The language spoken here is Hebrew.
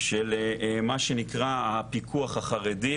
של מה שנקרא הפיקוח החרדי,